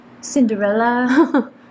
Cinderella